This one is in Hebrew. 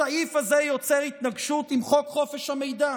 הסעיף הזה יוצר התנגשות בחוק חופש המידע.